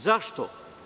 Zašto?